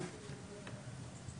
אפילפסיה,